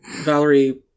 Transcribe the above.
Valerie